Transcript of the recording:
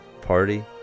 Party